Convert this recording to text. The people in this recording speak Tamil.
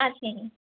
ஆ சரிங்